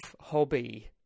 hobby